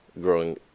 growing